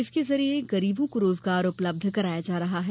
इसके जरिए गरीबों को रोजगार उपलब्ध कराया जा रहा है